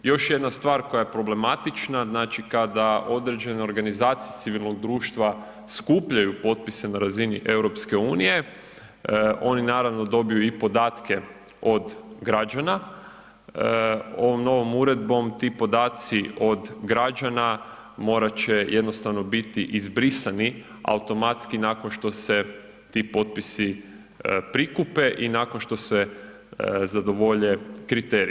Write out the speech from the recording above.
Još jedna stvar koja je problematična, znači kada određene organizacije civilnog društva skupljaju potpise na razini EU, oni naravno dobiju i podatke od građana, ovom novom uredbom ti podaci od građana morat će jednostavno biti izbrisani automatski nakon što se ti potpisi prikupe i nakon što se zadovolje kriteriji.